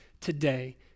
today